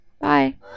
Bye